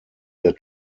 der